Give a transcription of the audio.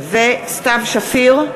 סתיו שפיר,